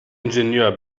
ingenieur